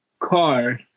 Car